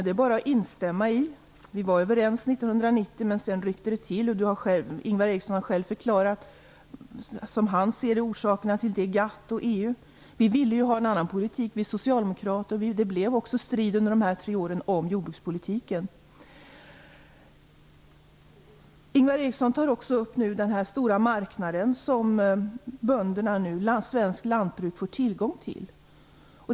Det är bara att instämma i det. Vi var överens 1990, men sedan ryckte det till. Ingvar Eriksson har själv förklarat att han ser GATT och EU som orsaker till det. Vi socialdemokrater ville ha en annan politik, och det blev också strid om jordbrukspolitiken under de tre åren. Ingvar Eriksson tar också upp den stora marknad som svenskt lantbruk nu får tillgång till.